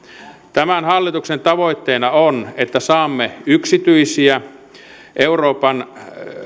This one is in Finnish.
tämän hallituksen tavoitteena on että saamme yksityisiä euroopan